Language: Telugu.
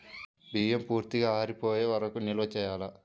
బియ్యం పూర్తిగా ఆరిపోయే వరకు నిల్వ చేయాలా?